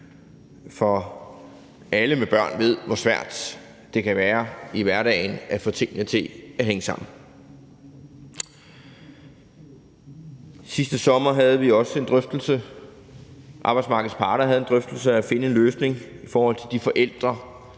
For alle med børn ved, hvor svært det kan være i hverdagen at få tingene til at hænge sammen. Sidste sommer havde vi også en drøftelse, og arbejdsmarkedets parter havde en drøftelse, med hensyn til at finde en løsning i forhold til de forældre